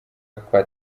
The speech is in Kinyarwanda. kwa